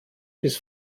bis